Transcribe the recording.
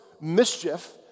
mischief